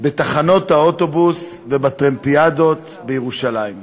בתחנות האוטובוס ובטרמפיאדות בירושלים.